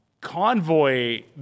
Convoy